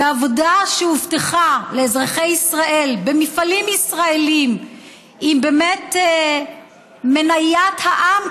ועבודה שהובטחה לאזרחי ישראל במפעלים ישראליים והיא באמת מניית העם,